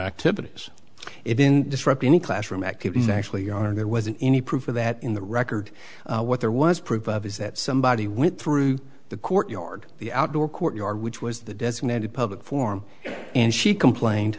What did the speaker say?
activities it in disrupt any classroom activities actually are there wasn't any proof of that in the record what there was proof of is that somebody went through the courtyard the outdoor courtyard which was the designated public form and she complained